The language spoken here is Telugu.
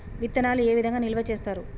విత్తనాలు ఏ విధంగా నిల్వ చేస్తారు?